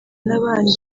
n’abandi